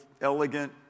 elegant